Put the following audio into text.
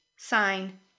sign